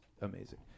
amazing